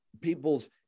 people's